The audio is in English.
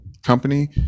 Company